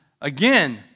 again